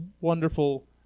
Wonderful